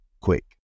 quick